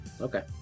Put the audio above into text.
Okay